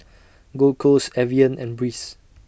Gold Roast Evian and Breeze